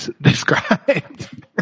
described